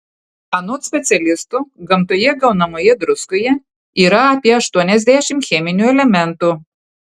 anot specialistų gamtoje gaunamoje druskoje yra apie aštuoniasdešimt cheminių elementų